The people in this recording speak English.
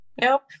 Nope